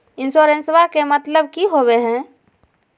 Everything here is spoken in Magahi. इंसोरेंसेबा के मतलब की होवे है?